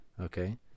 okay